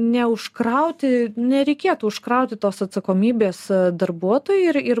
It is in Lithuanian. neužkrauti nereikėtų užkrauti tos atsakomybės darbuotojui ir ir